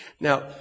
Now